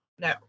no